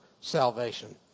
salvation